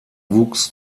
wuchs